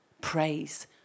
praise